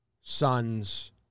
sons